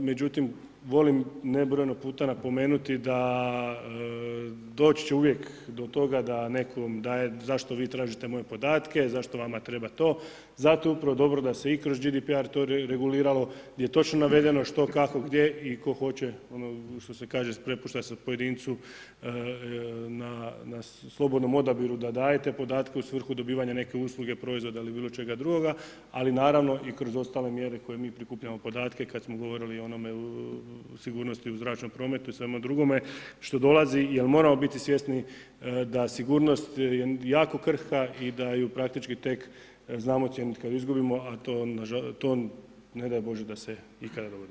Međutim volim nebrojeno puta napomenuti da doći će uvijek do toga da nekom zašto vi tražite moje podatke, zašto vama treba to, zato je upravo dobro da se i kroz GDPR to reguliralo gdje je točno navedeno što, kako, gdje i tko hoće, ono što se kaže prepušta se pojedincu na slobodnom odabiru da daje te podatke u svrhu dobivanja neke usluge, proizvoda ili bilo čega drugoga, ali naravno i kroz ostale mjere koje mi prikupljamo podatke kad smo govorili o sigurnosti o zračnom prometu i svemu drugome, što dolazi, jer moramo biti svjesni da sigurnost je jako krhka i da je praktički tek znamo cijenit kad ju izgubimo, a to ne daj Bože da se ikada dogodi.